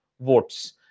votes